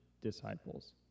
disciples